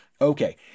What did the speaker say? Okay